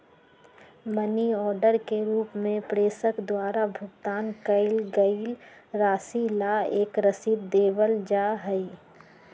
money order के रूप में प्रेषक द्वारा भुगतान कइल गईल राशि ला एक रसीद देवल जा हई